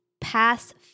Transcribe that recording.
Pass